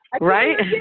right